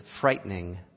frightening